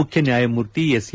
ಮುಖ್ಯ ನ್ನಾಯಮೂರ್ತಿ ಎಸ್ಎ